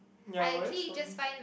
ya whereas on